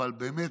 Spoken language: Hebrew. באמת,